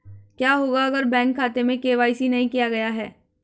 क्या होगा अगर बैंक खाते में के.वाई.सी नहीं किया गया है?